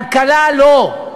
כלכלה, לא.